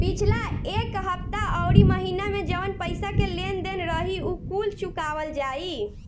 पिछला एक हफ्ता अउरी महीना में जवन पईसा के लेन देन रही उ कुल चुकावल जाई